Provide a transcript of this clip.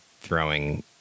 throwing